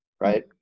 right